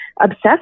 obsessed